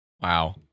Wow